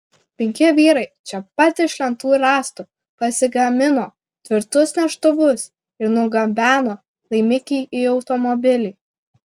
penki vyrai čia pat iš lentų ir rąstų pasigamino tvirtus neštuvus ir nugabeno laimikį į automobilį